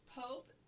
Pope